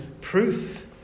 proof